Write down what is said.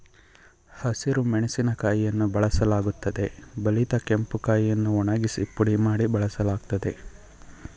ಹಸಿರು ಮೆಣಸಿನಕಾಯಿಯನ್ನು ಬಳಸಲಾಗುತ್ತದೆ ಬಲಿತ ಕೆಂಪು ಕಾಯಿಯನ್ನು ಒಣಗಿಸಿ ಪುಡಿ ಮಾಡಿ ಬಳಸಲಾಗ್ತದೆ